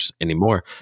anymore